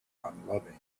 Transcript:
unloving